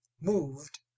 moved